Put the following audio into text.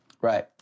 Right